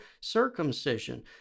circumcision